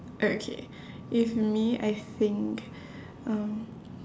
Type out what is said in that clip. okay if me I think um